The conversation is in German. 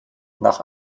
nach